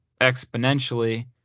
exponentially